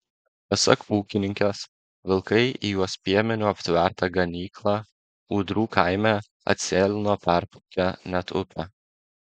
pasak ūkininkės vilkai į jos piemeniu aptvertą ganyklą ūdrų kaime atsėlino perplaukę net upę